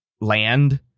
land